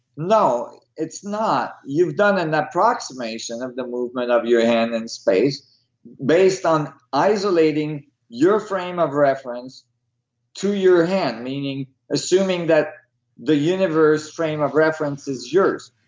no, it's not. you've done an approximation of the movement of your hand in space based on isolating your frame of reference to your hand, meaning assuming that the universe frame of reference is yours,